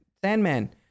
Sandman